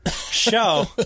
show